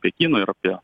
pekiną ir apie